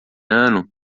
ano